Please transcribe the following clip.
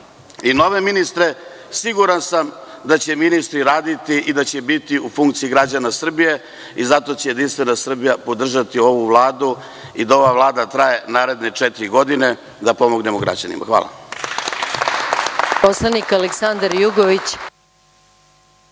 i nove ministre. Siguran sam da će ministri raditi i da će biti u funkciji građana Srbije i zato će Jedinstvena Srbija podržati ovu Vladu i da ova Vlada traja naredne četiri godine, da pomognemo građanima. Hvala.